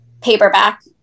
paperback